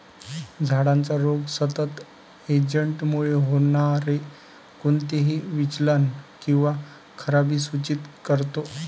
झाडाचा रोग सतत एजंटमुळे होणारे कोणतेही विचलन किंवा खराबी सूचित करतो